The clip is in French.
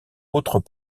autres